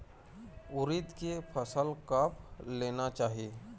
उरीद के फसल कब लेना चाही?